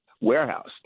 Warehouse